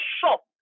shop